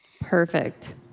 Perfect